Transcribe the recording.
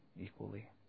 equally